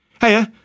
Hey